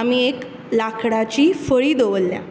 आमी एक लांखडाची फळी दवरल्या